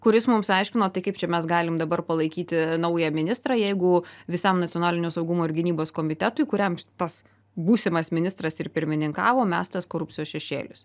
kuris mums aiškino tai kaip čia mes galim dabar palaikyti naują ministrą jeigu visam nacionalinio saugumo ir gynybos komitetui kuriam tas būsimas ministras ir pirmininkavo mestas korupcijos šešėlis